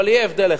אבל יהיה הבדל אחד: